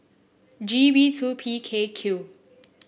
G B two P K Q